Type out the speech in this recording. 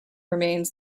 remains